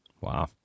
Wow